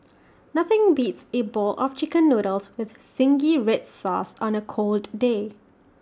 nothing beats A bowl of Chicken Noodles with Zingy Red Sauce on A cold day